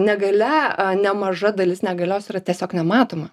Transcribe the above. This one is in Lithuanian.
negalia nemaža dalis negalios yra tiesiog nematoma